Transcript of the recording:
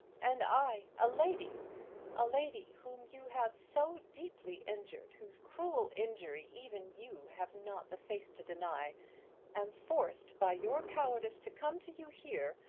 and i, a lady a lady whom you have so deeply injured, whose cruel injury even you have not the face to deny am forced by your cowardice to come to you here,